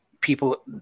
people